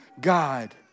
God